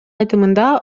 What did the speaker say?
айтымында